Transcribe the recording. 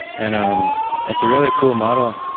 and um it's a really cool motto,